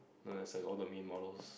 no as in all the main models